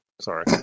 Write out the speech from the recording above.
Sorry